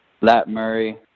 Lat-Murray